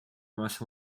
rust